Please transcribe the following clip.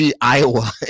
Iowa